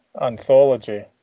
anthology